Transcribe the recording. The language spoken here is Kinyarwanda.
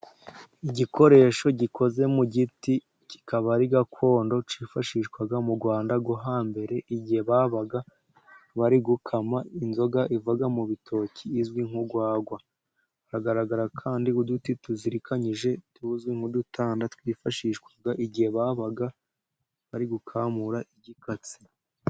Igikoresho gikoze mu giti kikaba ari gakondo, kifashishwaga mu Rwanda rwo hambere, igihe babaga bari gukama inzoga iva mu bitoki izwi nk'urwagwa. Hagaragara kandi uduti tuzirikanyije tuzwi nk'udutanda twifashishwaga igihe babaga bari gukamura igikatsi.